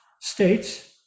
states